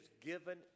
given